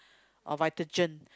or Vitagen